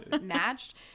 matched